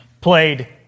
played